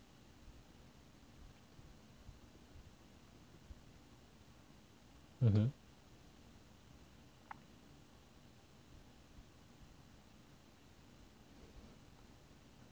mmhmm